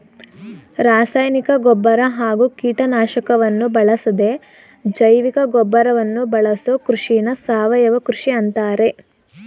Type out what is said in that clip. ರಾಸಾಯನಿಕ ಗೊಬ್ಬರ ಹಾಗೂ ಕೀಟನಾಶಕವನ್ನು ಬಳಸದೇ ಜೈವಿಕಗೊಬ್ಬರವನ್ನು ಬಳಸೋ ಕೃಷಿನ ಸಾವಯವ ಕೃಷಿ ಅಂತಾರೆ